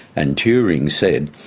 and turing said,